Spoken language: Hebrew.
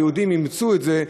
היהודים אימצו את זה,